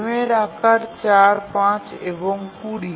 ফ্রেমের আকার ৪ ৫ এবং ২০